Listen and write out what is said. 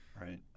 right